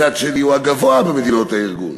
מצד שני, הוא הגבוה במדינות הארגון.